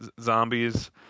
zombies